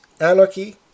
anarchy